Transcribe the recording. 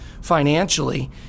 financially